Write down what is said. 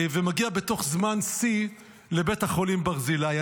והוא מגיע בתוך זמן שיא לבית החולים ברזילי.